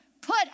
put